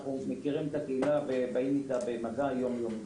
אנחנו מכירים את הקהילה ובאים איתה במגע יום יומי.